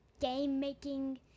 game-making